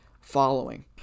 following